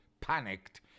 panicked